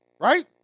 Right